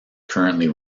currently